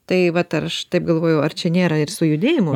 tai vat ar aš taip galvojau ar čia nėra ir su judėjimu